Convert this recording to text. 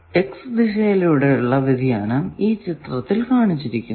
X ദിശയിലൂടെ ഉള്ള വ്യതിയാനം ഈ ചിത്രത്തിൽ കാണിച്ചിരിക്കുന്നു